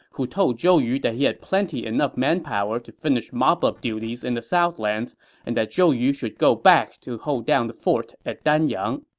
who told zhou yu that he had plenty enough manpower to finish mop-up duties in the southlands and that zhou yu should go back to hold down the fort at danyang